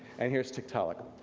and here's tiktaalik.